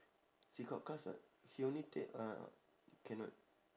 she got class [what] she only take ah cannot